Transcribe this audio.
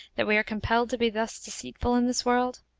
that we are compelled to be thus deceitful in this world?